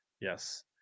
Yes